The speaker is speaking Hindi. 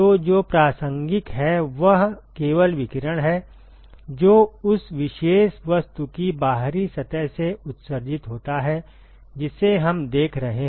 तो जो प्रासंगिक है वह केवल विकिरण है जो उस विशेष वस्तु की बाहरी सतह से उत्सर्जित होता है जिसे हम देख रहे हैं